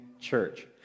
church